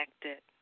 connected